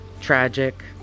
tragic